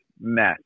mess